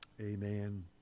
Amen